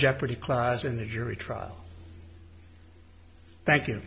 jeopardy clause in the jury trial thank you